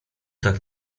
tak